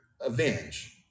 avenged